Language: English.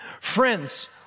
friends